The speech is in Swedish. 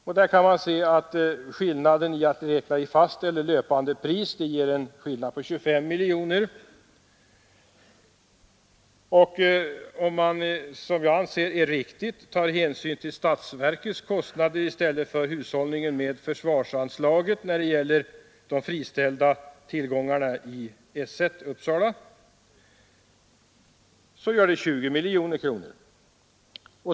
Man kan där se att skillnaden mellan att räkna i fast och i löpande pris uppgår till 25 miljoner kronor. Om man, som jag anser riktigt, tar hänsyn till statsverkets kostnader i stället för hushållningen med försvarsanslaget när det gäller de friställda tillgångarna hos S 1 i Uppsala, betyder detta 20 miljoner kronor.